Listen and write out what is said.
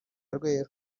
rweru